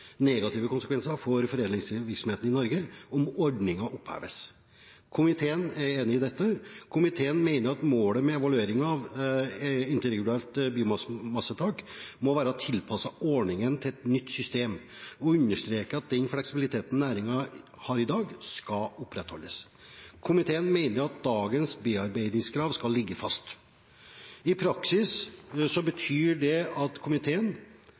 for foredlingsvirksomheten i Norge om ordningen oppheves. Komiteen er enig i dette. Komiteen mener at målet med evalueringen av interregionalt biomassetak må være å tilpasse ordningen til et nytt system, og understreker at den fleksibiliteten næringen har i dag skal opprettholdes. Komiteen mener dagens bearbeidingskrav skal ligge fast.» I praksis betyr det at komiteen